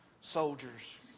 soldiers